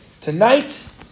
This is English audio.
Tonight